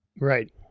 Right